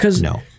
No